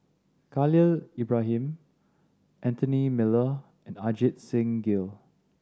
K halil Ibrahim Anthony Miller and Ajit Singh Gill